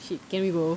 shit can we go